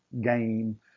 game